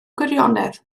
gwirionedd